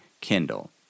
Kindle